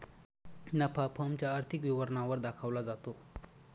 नफा फर्म च्या आर्थिक विवरणा वर दाखवला जातो